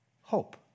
hope